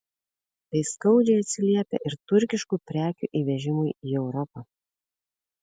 tai skaudžiai atsiliepia ir turkiškų prekių įvežimui į europą